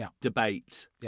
debate